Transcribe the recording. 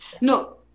no